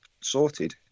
sorted